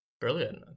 Brilliant